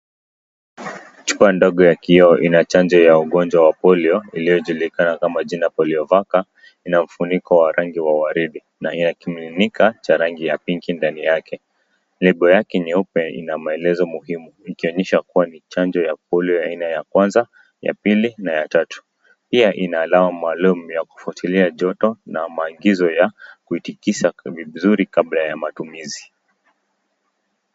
Chupa ndogo ya kioo ina chanjo ya ugonjwa wa polio iliyojulikana kama jina Poliovac . Ina mfuniko wa rangi wa waridi na ina kimiminika cha rangi ya pinki ndani yake. Lebo yake nyeupe ina maelezo muhimu, ikionyesha kuwa ni chanjo ya polio ya aina ya kwanza, ya pili na ya tatu. Pia ina alama maalum ya kufuatilia joto na maagizo ya kuitikisa vizuri kabla ya matumizi.